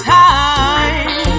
time